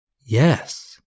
Yes